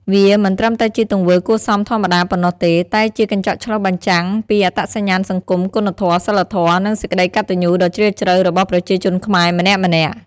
វាមិនត្រឹមតែជាទង្វើគួរសមធម្មតាប៉ុណ្ណោះទេ តែជាកញ្ចក់ឆ្លុះបញ្ចាំងពីអត្តសញ្ញាណសង្គម គុណធម៌ សីលធម៌ និងសេចក្តីកតញ្ញូដ៏ជ្រាលជ្រៅរបស់ប្រជាជនខ្មែរម្នាក់ៗ។